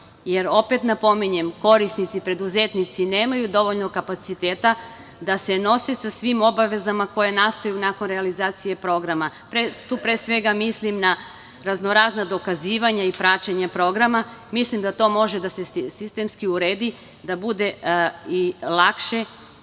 jer, opet napominjem, korisnici preduzetnici nemaju dovoljno kapaciteta da se nose sa svim obavezama koje nastaju nakon realizacije programa. Tu pre svega mislim na raznorazna dokazivanja i praćenja programa. Mislim da to može da se sistemski uredi da bude i lakše